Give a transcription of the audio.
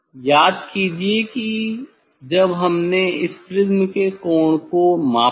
याद कीजिए कि जब हमने इस प्रिज्म के कोण को मापा था